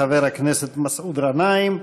חבר הכנסת מסעוד גנאים,